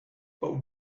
but